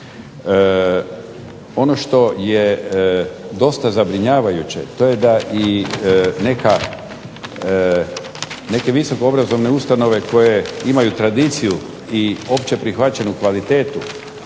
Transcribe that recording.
Ono što je dosta zabrinjavajuće to je da i neke visoko obrazovne ustanove koje imaju tradiciju i opće prihvaćenu kvalitetu